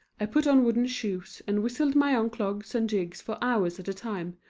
i put on wooden shoes and whistled my own clogs and jigs for hours at a time,